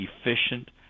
efficient